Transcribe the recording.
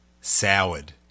soured